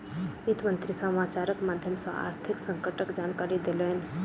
वित्त मंत्री समाचारक माध्यम सॅ आर्थिक संकटक जानकारी देलैन